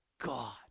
God